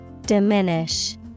Diminish